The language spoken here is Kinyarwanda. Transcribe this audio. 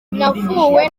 navuwe